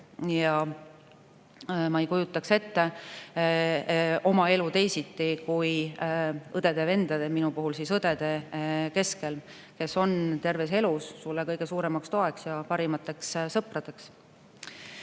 ja ma ei kujutaks ette oma elu teisiti kui õdede ja vendade, minu puhul siis õdede keskel, kes on terve elu mulle kõige suuremaks toeks ja parimateks sõpradeks.